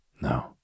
No